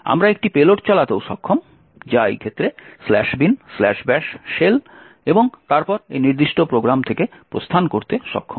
আমরা একটি পেলোড চালাতে সক্ষম যা এই ক্ষেত্রে binbash শেল এবং তারপর এই নির্দিষ্ট প্রোগ্রাম থেকে প্রস্থান করতে সক্ষম